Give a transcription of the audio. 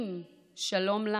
האם שלום לה?